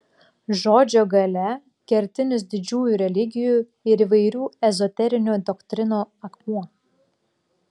žodžio galia kertinis didžiųjų religijų ir įvairių ezoterinių doktrinų akmuo